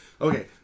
Okay